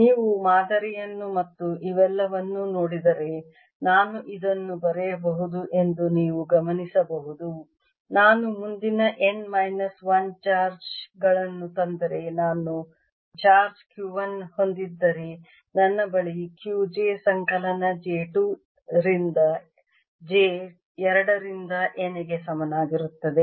ನೀವು ಮಾದರಿಯನ್ನು ಮತ್ತು ಇವೆಲ್ಲವನ್ನೂ ನೋಡಿದರೆ ನಾನು ಇದನ್ನು ಬರೆಯಬಹುದು ಎಂದು ನೀವು ಗಮನಿಸಬಹುದು ನಾನು ಮುಂದಿನ n ಮೈನಸ್ 1 ಚಾರ್ಜ್ ಗಳನ್ನು ತಂದರೆ ನಾನು ಚಾರ್ಜ್ Q 1 ಹೊಂದಿದ್ದರೆ ನನ್ನ ಬಳಿ Q j ಸಂಕಲನ j 2 ರಿಂದ N ಗೆ ಸಮನಾಗಿರುತ್ತದೆ